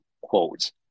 quotes